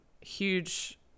huge